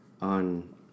on